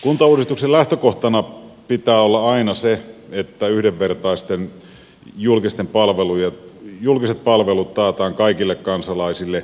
kuntauudistuksen lähtökohtana pitää olla aina se että yhdenvertaiset julkiset palvelut taataan kaikille kansalaisille